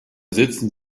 sitzen